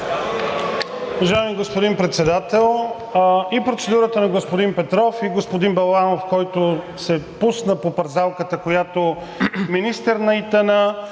Уважаеми господин Председател, процедурата и на господин Петров, и на господин Балабанов, който се пусна по пързалката, която министър на ИТН,